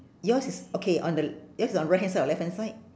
yours is okay on the yours is on right hand side or left hand side